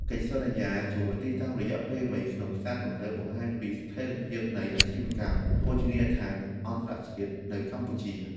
កិច្ចសន្យាជួលទីតាំងរយៈពេលវែងក្នុងផ្សារទំនើបបង្ហាញពីស្ថិរភាពនៃអាជីវកម្មភោជនីយដ្ឋានអន្តរជាតិនៅកម្ពុជា។